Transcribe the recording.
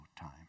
time